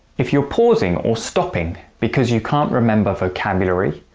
if you're pausing or stopping because you can't remember vocabulary,